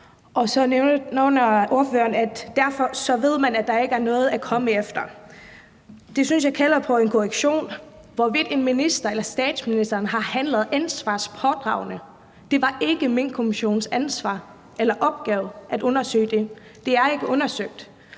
derfor ved man, at der ikke er noget at komme efter. Det synes jeg kalder på en korrektion. Hvorvidt en minister eller statsministeren har handlet ansvarspådragende, var ikke Minkkommissionens ansvar eller opgave at undersøge. Det er ikke undersøgt.